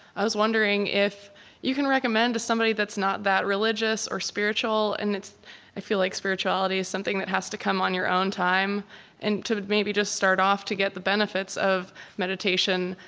i was wondering if you can recommend to somebody that's not that religious or spiritual and i feel like spirituality is something that has to come on your own time and to maybe just start off to get the benefits of meditation.